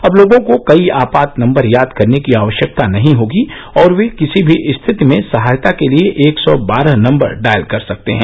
अब लोगों को कई आपात नम्बर याद करने की आवश्यकता नहीं होगी और ये किसी भी स्थिति में सहायता के लिए एक सौ बारह नम्बर डॉयल कर सकते हैं